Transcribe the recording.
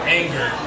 anger